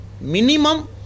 Minimum